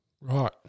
Right